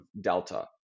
Delta